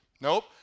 nope